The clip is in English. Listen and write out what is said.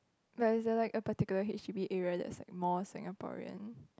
like is the like a particular H_D_B area that is like more Singaporean